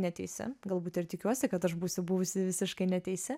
neteisi galbūt ir tikiuosi kad aš būsiu buvusi visiškai neteisi